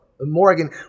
Morgan